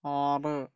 ആറ്